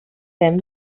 them